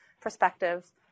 perspectives